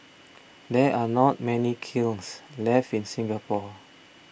there are not many kilns left in Singapore